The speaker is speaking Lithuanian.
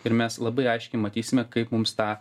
ir mes labai aiškiai matysime kaip mums tą